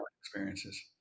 experiences